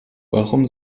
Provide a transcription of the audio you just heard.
warum